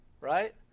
right